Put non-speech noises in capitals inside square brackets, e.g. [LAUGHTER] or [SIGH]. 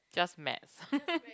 just maths [LAUGHS]